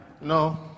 No